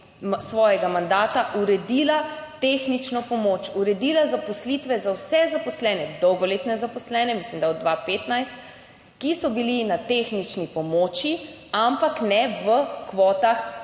svojega mandata uredila tehnično pomoč, uredila zaposlitve za vse zaposlene, dolgoletne zaposlene mislim, da 2015, ki so bili na tehnični pomoči, ampak ne v kvotah